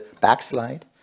backslide